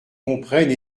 comprennent